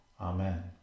Amen